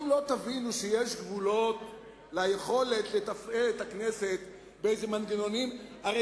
אם לא תבינו שיש גבולות ליכולת לתפעל את הכנסת במנגנונים כלשהם,